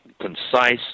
concise